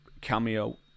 cameo